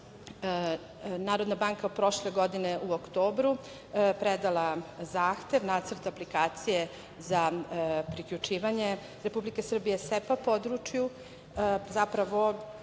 Narodna banka prošle godine u oktobru predala zahtev, Nacrt aplikacije za priključivanje Republike Srbije SEPA području. Zapravo,